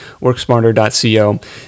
worksmarter.co